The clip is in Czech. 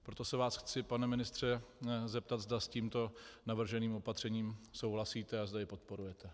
Proto se vás chci, pane ministře, zeptat, zda s tímto navrženým opatřením souhlasíte a zda jej podporujete.